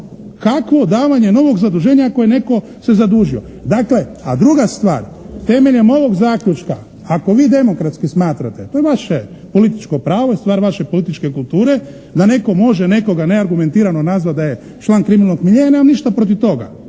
Kakvo davanje novog zaduženja ako je netko se zadužio? A druga stvar, temeljem ovog zaključka ako vi demokratski smatrate to je vaše političko pravo i stvar vaše političke kulture da netko može nekoga neargumentirano nazvati da je član kriminalnog miljea ja nemam ništa protiv toga.